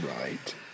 Right